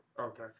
Okay